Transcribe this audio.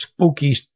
spooky